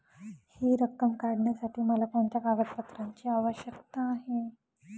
हि रक्कम काढण्यासाठी मला कोणत्या कागदपत्रांची आवश्यकता आहे?